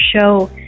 show